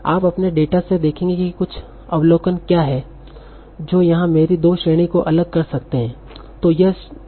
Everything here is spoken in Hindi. आप अपने डेटा से देखेंगे कि कुछ अवलोकन क्या हैं जो यहां मेरी दो श्रेणी को अलग कर सकते हैं